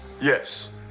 Yes